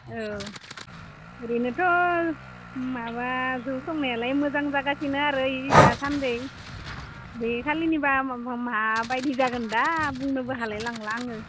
औ ओरैनोथ' माबा जौ संनायालाय मोजां जागासिनो आरो इ दासान्दि बैखालिनियाबा माबादि जागोन दा बुंनोबो हालायलांला आङो